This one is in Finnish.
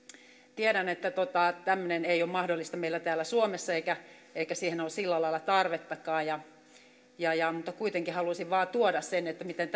tiedän että tämmöinen ei ole mahdollista meillä täällä suomessa eikä siihen ole sillä lailla tarvettakaan mutta kuitenkin halusin vain tuoda sen miten